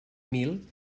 mil